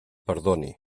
perdoni